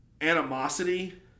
animosity